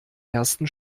ersten